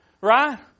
Right